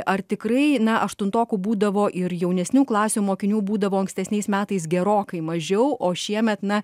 ar tikrai na aštuntokų būdavo ir jaunesnių klasių mokinių būdavo ankstesniais metais gerokai mažiau o šiemet na